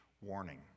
warning